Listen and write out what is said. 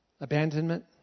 abandonment